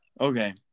Okay